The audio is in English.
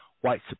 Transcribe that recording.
white